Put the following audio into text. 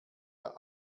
der